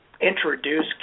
introduce